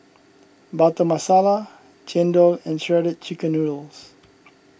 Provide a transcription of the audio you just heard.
Butter Masala Chendol and Shredded Chicken Noodles